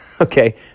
Okay